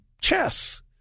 chess